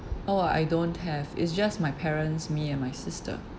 oh I don't have it's just my parents me and my sister